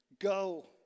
Go